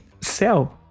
sell